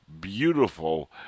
beautiful